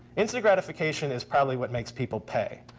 instant gratification is probably what makes people pay.